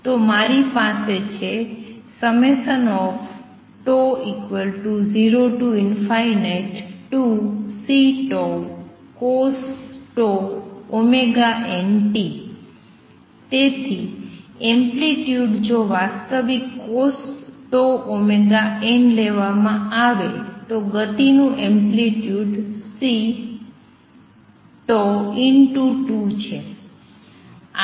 તો મારી પાસે છે τ02Ccosτωnt તેથી એમ્પ્લિટ્યુડ જો વાસ્તવિક cosτωn લેવામાં આવે તો ગતિનું એમ્પ્લિટ્યુડ 2C છે